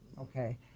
Okay